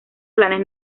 planes